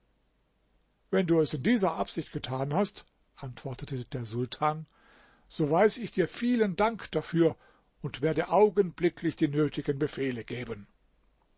wenn du es in dieser absicht getan hast antwortete der sultan so weiß ich dir vielen dank dafür und werde augenblicklich die nötigen befehle geben